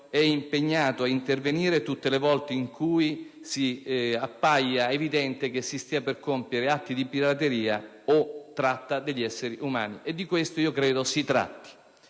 è impegnato a intervenire tutte le volte in cui appaia evidente che si stiano per compiere atti di pirateria o tratta di esseri umani, e credo si tratti